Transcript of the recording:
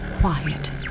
quiet